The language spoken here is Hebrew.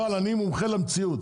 אבל אני מומחה למציאות,